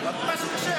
לא, רק מה שכשר.